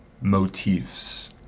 motifs